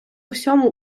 усьому